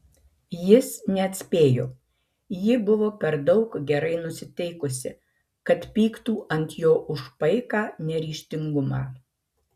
jis neatspėjo ji buvo per daug gerai nusiteikusi kad pyktų ant jo už paiką neryžtingumą